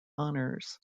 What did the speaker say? honours